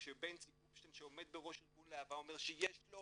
וכשבנצי גופשטיין שעומד בראש ארגון "להבה" אומר שיש לו